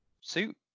suit